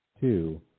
two